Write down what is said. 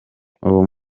uwo